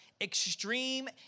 Extreme